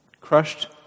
crushed